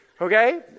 Okay